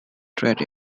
trade